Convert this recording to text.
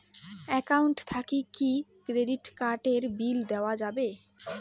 Account থাকি কি credit card এর বিল দেওয়া যাবে?